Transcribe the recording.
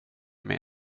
mig